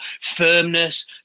firmness